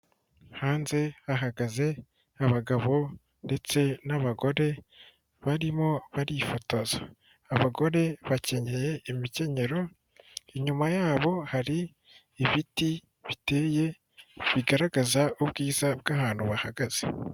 Hanze hahagaze abagabo ndetse n'abagore, barimo barifotoza. Abagore bakenye imikenyero, inyuma yabo hari ibiti biteye, bigaragaza ubwiza bw'ahantu bahagaze.